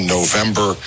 November